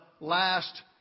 Last